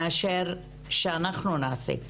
מאשר שאנחנו נעשה.